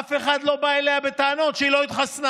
אף אחד לא בא אליה בטענות שהיא לא התחסנה